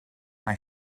mae